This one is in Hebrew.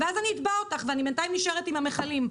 ואז אני אתבע אותך ובינתיים אני נשארת עם המכלים.